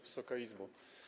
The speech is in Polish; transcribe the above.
Wysoka Izbo!